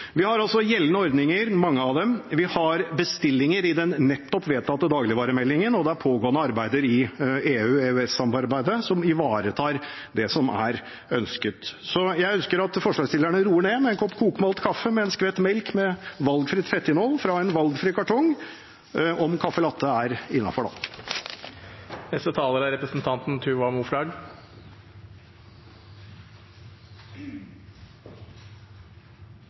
Vi har altså gjeldende ordninger – mange av dem – vi har bestillinger i den nettopp vedtatte dagligvaremeldingen, og det er pågående arbeider i EU/EØS-samarbeidet som ivaretar det som er ønsket. Jeg ønsker at forslagsstillerne roer ned med en kopp kokmalt kaffe med en skvett melk med valgfritt fettinnhold fra en valgfri kartong – om kaffe latte er innenfor, da. Jeg håper det er